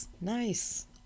nice